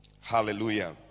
Hallelujah